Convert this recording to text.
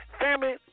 Family